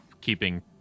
keeping